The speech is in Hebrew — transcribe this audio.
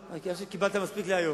קיבלת מספיק להיום.